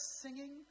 singing